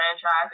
franchise